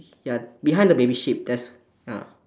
ya behind the baby sheep there's ya